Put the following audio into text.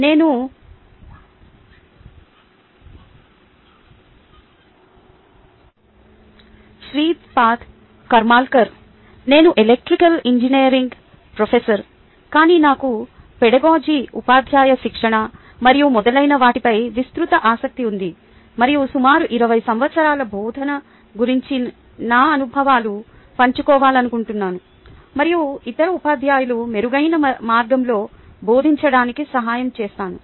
నేను శ్రీపాడ్ కర్మల్కర్ నేను electrical engineering professor కానీ నాకు పెదగోజి ఉపాధ్యాయ శిక్షణ మరియు మొదలైన వాటిపై విస్తృత ఆసక్తి ఉంది మరియు సుమారు 20 సంవత్సరాల బోధన గురించి నా అనుభవాలను పంచుకోవాలనుకుంటున్నాను మరియు ఇతర ఉపాధ్యాయులు మెరుగైన మార్గంలో బోధించడానికి సహాయం చేస్తాను